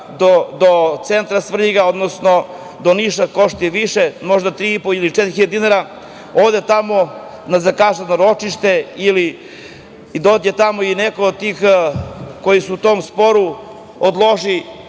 do centra Svrljiga, odnosno do Niša košta i više, možda 3.500, 4.000 dinara. Ide na zakazano ročište ili dođe tamo i neko od tih koji su u tom sporu odloži